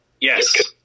Yes